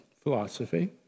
philosophy